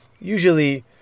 Usually